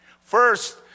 first